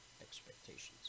expectations